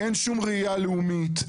אין שום ראיה לאומית,